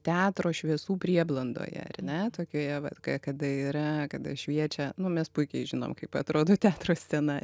teatro šviesų prieblandoje ar ne tokioje vat ka kada yra kada šviečia nu mes puikiai žinom kaip atrodo teatro scena